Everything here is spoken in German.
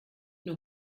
nur